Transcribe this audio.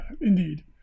indeed